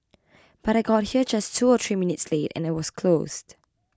but I got here just two or three minutes late and it was closed